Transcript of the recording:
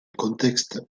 contexte